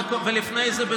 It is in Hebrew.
ולפני זה,